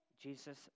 Jesus